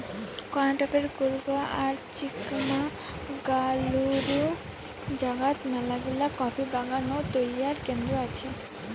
কর্ণাটকের কূর্গ আর চিকমাগালুরু জাগাত মেলাগিলা কফি বাগান ও তৈয়ার কেন্দ্র আছে